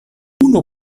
unu